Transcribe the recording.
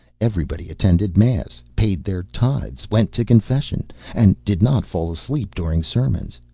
everybody attended mass, paid their tithes, went to confession, and did not fall asleep during sermons.